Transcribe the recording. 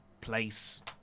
place